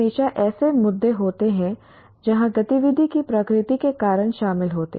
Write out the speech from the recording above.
हमेशा ऐसे मुद्दे होते हैं जहां गतिविधि की प्रकृति के कारण शामिल होते हैं